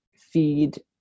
feed